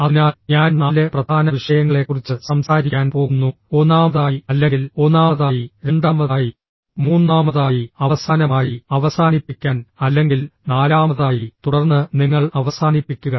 അതിനാൽ ഞാൻ നാല് പ്രധാന വിഷയങ്ങളെക്കുറിച്ച് സംസാരിക്കാൻ പോകുന്നു ഒന്നാമതായി അല്ലെങ്കിൽ ഒന്നാമതായി രണ്ടാമതായി മൂന്നാമതായി അവസാനമായി അവസാനിപ്പിക്കാൻ അല്ലെങ്കിൽ നാലാമതായി തുടർന്ന് നിങ്ങൾ അവസാനിപ്പിക്കുക